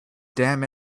damn